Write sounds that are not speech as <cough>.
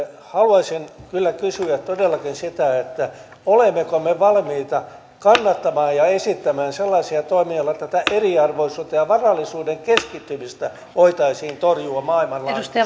haluaisin kyllä kysyä todellakin sitä olemmeko me valmiita kannattamaan ja esittämään sellaisia toimia joilla tätä eriarvoisuutta ja varallisuuden keskittymistä voitaisiin torjua maailmanlaajuisesti <unintelligible>